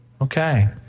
Okay